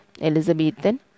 Elizabethan